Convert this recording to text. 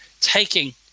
taking